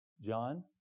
John